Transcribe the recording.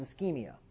ischemia